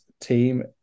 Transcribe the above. team